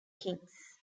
kings